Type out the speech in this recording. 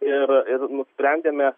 ir ir nusprendėme